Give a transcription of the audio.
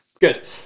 Good